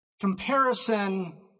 comparison